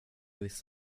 visst